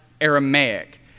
Aramaic